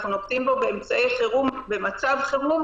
אנחנו נוקטים בו כאמצעי חירום במצב חירום.